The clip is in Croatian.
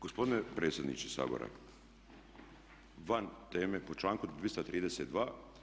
Gospodine predsjedniče Sabora, van teme po članku 232.